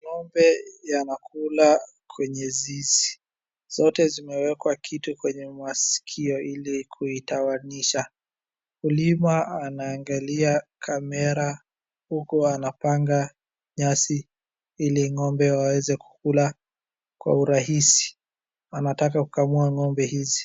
Ng'ombe yanakula kwenye zizi. Zote zimewekwa kitu kwenye maskio ili kuitawanyisha. Mkulima anaangalia kamera huku anapanga nyasi ili ng'ombe waweze kukula kwa urahisi. Anataka kukamua ng'ombe hizi.